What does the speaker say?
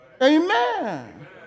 Amen